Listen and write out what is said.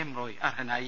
M Roy അർഹനായി